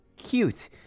cute